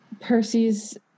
Percy's